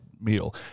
meal